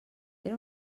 era